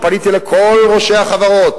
פניתי לכל ראשי החברות,